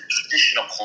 traditional